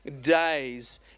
days